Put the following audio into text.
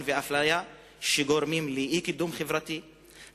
ואפליה שגורמים לאי-קידום-חברתי,